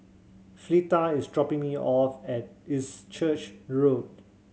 Fleeta is dropping me off at East Church Road